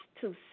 two